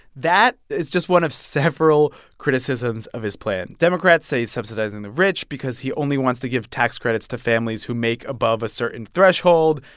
that is just one of several criticisms of his plan. democrats say he's subsidizing the rich because he only wants to give tax credits to families who make above a certain threshold.